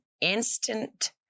instant